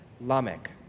Lamech